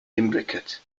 imbricate